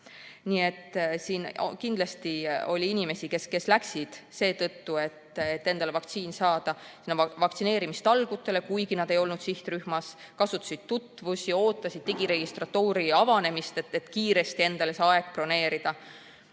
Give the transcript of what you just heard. asja teha. Kindlasti oli inimesi, kes läksid seetõttu, et endale vaktsiin saada, vaktsineerimistalgutele, kuigi nad ei olnud sihtrühmas, nad kasutasid tutvusi, ootasid digiregistratuuri avanemist, et kiiresti endale aeg broneerida.